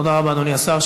תודה רבה, אדוני השר.